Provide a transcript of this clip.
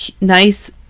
nice